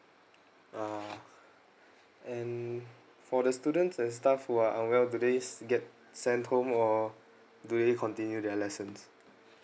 ah and for the students the staff who are unwell do they get sent home or do they continue their lessons